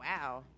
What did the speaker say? wow